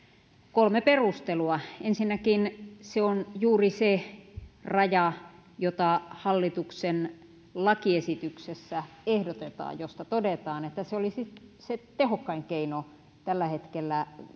kolme perustelua ensinnäkin se on juuri se raja jota hallituksen lakiesityksessä ehdotetaan toteamalla että se olisi se tehokkain keino tällä hetkellä